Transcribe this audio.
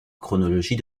chronologie